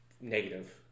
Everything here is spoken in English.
negative